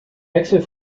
wechsel